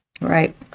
Right